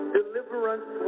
deliverance